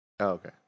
Okay